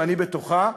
ואני בתוכה,